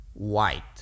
White